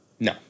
No